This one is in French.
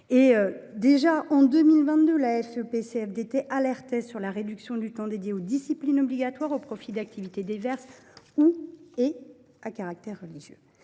de la CFDT (FEP CFDT) alertait sur la réduction du temps consacré aux disciplines obligatoires au profit d’activités diverses ou à caractère religieux.